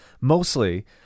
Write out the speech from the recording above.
mostly